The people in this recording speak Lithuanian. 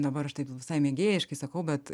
dabar aš tai visai mėgėjiškai sakau bet